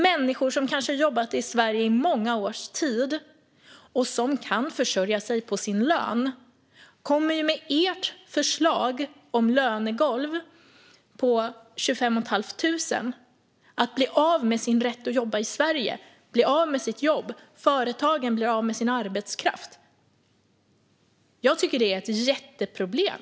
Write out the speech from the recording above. Människor som kanske har jobbat i Sverige under många år och som kan försörja sig på sin lön kommer med ert förslag om lönegolv på 26 500 att bli av med sin rätt att jobba i Sverige. De kommer att bli av med sitt jobb. Företagen blir av med sin arbetskraft. Jag tycker att det är ett jätteproblem.